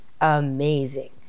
Amazing